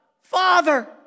Father